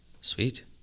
Sweet